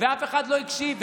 ואף אחד לא הקשיב.